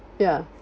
ya